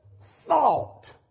thought